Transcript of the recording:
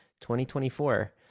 2024